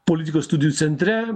politikos studijų centre